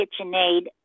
KitchenAid